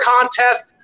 contest